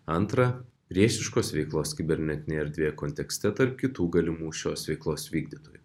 antrą priešiškos veiklos kibernetinėje erdvėje kontekste tarp kitų galimų šios veiklos vykdytojų